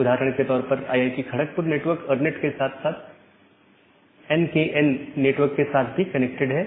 उदाहरण के तौर पर आईआईटी खड़कपुर नेटवर्क अरनेट के साथ साथ एनकेएन नेटवर्क के साथ भी कनेक्टेड है